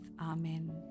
Amen